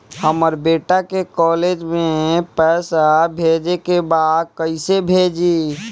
हमर बेटा के कॉलेज में पैसा भेजे के बा कइसे भेजी?